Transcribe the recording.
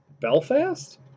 Belfast